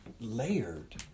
layered